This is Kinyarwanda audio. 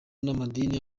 n’amadini